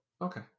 Okay